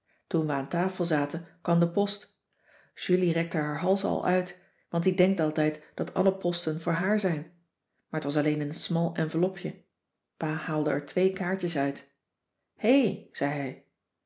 we aan tafel zaten kwam de post julie rekte haar hals al uit want die denkt altijd dat alle posten voor haar zijn maar t was alleen een smal envelopje pa haalde er twee kaartjes uit hé zij